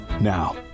Now